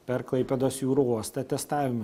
per klaipėdos jūrų uostą testavimui